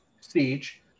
Siege